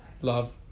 love